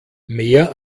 mehr